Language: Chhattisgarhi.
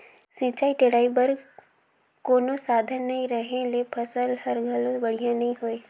सिंचई टेड़ई बर कोनो साधन नई रहें ले फसल हर घलो बड़िहा नई होय